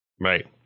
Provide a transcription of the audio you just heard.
right